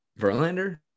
verlander